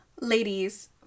ladies